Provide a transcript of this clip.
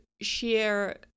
share